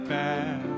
back